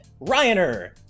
Ryaner